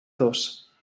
dos